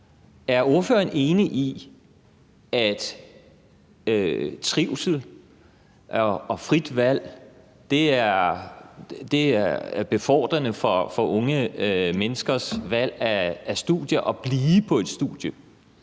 Er ordføreren enig i, at trivsel og frit valg er befordrende for unge menneskers valg af studier og det at blive på et studie?